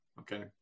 okay